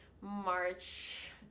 March